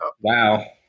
Wow